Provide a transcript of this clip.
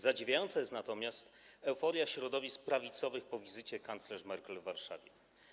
Zadziwiająca jest natomiast euforia środowisk prawicowych po wizycie kanclerz Merkel w Warszawie.